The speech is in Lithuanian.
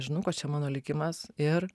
žinau kad čia mano likimas ir